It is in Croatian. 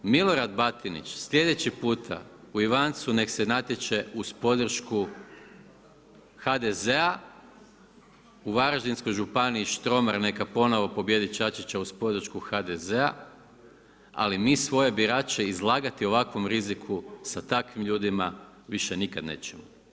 Milorad Batinić, slijedeći puta u Ivancu neka se natječe uz podršku HDZ-a, u Varaždinskoj županiji Štromar neka ponovno pobijedi Čačića uz podršku HDZ-a, ali mi svoje birače izlagati ovakvom riziku sa takvim ljudima više nikad nećemo.